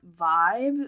vibe